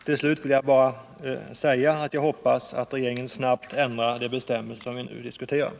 Till slut vill jag bara säga att jag hoppas att regeringen snart ändrar de bestämmelser som vi nu diskuterar.